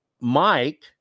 mike